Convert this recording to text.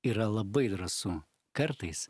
yra labai drąsu kartais